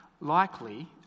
likely